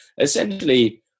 Essentially